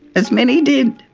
as many did.